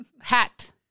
Hat